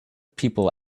people